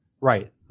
Right